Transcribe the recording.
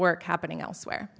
work happening elsewhere